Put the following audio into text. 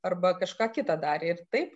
arba kažką kita darė ir taip